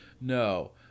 No